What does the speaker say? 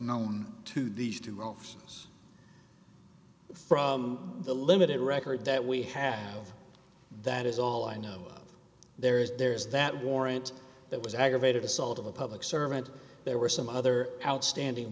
known to these two rolf's from the limited record that we have that is all i know there is there is that warrant that was aggravated assault of a public servant there were some other outstanding